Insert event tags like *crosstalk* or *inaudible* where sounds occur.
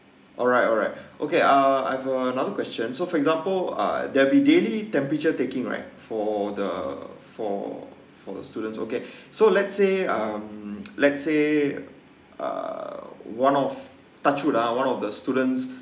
alright alright *breath* okay ah I've a another question so for example uh there'll be daily temperature taking right for the for for the students okay *breath* so let's say um let's say uh one of touchwood ah one of the students